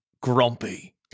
grumpy